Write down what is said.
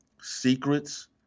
Secrets